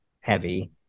heavy